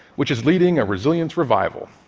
which is leading a resilience revival.